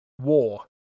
war